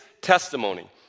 testimony